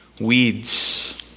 Weeds